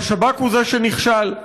והשב"כ הוא שנכשל.